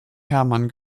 herman